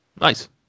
Nice